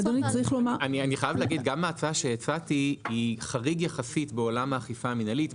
גם ההצעה שהצעתי היא חריגה יחסית בעולם האכיפה המינהלית,